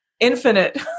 infinite